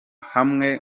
hamwe